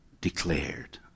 declared